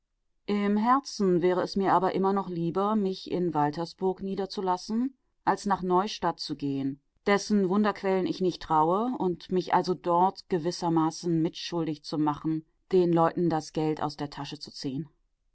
im herzen wäre es mir aber immer noch lieber mich in waltersburg niederzulassen als nach neustadt zu gehen dessen wunderquellen ich nicht traue und mich also dort gewissermaßen mitschuldig zu machen den leuten das geld aus der tasche zu ziehen